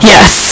Yes